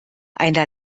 einer